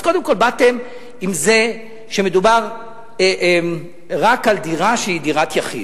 אז קודם כול באתם עם זה שמדובר רק על דירה שהיא דירת יחיד.